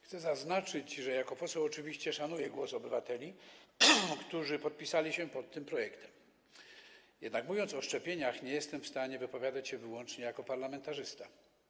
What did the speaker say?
Chcę zaznaczyć, że jako poseł oczywiście szanuję głos obywateli, którzy podpisali się pod tym projektem, jednak mówiąc o szczepieniach, nie jestem w stanie wypowiadać się wyłącznie jako parlamentarzysta.